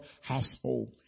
household